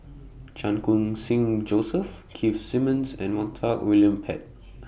Chan Khun Sing Joseph Keith Simmons and Montague William Pett